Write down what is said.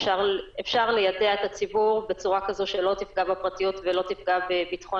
אפשר ליידע את הציבור בצורה כזו שלא תפגע בפרטיות ולא תפגע בביטחון